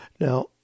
Now